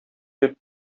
дип